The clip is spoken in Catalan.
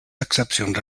accepcions